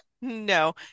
No